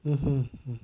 hmm hmm